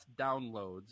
downloads